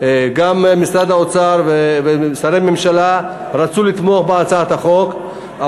גם משרד האוצר וגם משרדי ממשלה נוספים רצו לתמוך בהצעת החוק,